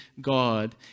God